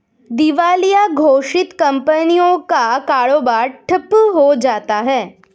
दिवालिया घोषित कंपनियों का कारोबार ठप्प हो जाता है